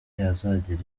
azagera